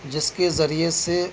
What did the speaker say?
جس کے ذریعے سے